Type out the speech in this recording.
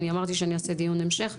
אני אמרתי שאנחנו נעשה דיון המשך,